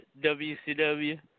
WCW